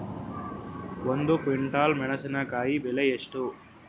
ಒಂದು ಕ್ವಿಂಟಾಲ್ ಮೆಣಸಿನಕಾಯಿ ಬೆಲೆ ಎಷ್ಟು?